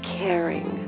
caring